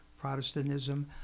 Protestantism